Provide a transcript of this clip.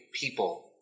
people